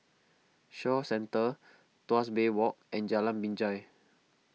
Shaw Centre Tuas Bay Walk and Jalan Binjai